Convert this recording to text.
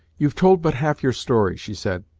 you've told but half your story, she said,